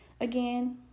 Again